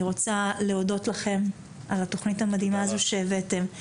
אני רוצה להודות לכם על התוכנית המדהימה הזו שהבאתם.